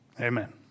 Amen